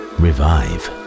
revive